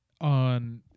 on